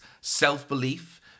self-belief